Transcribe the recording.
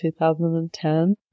2010